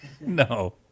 no